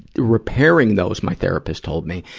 repairing those, my therapist told me,